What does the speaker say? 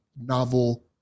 novel